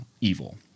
evil